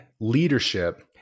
leadership